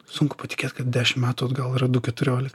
sunku patikėt kad dešim metų atgal yra du keturiolik